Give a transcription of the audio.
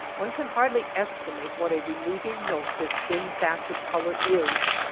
one can hardly estimate what a relieving note this thin thatch of color is,